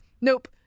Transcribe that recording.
Nope